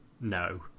no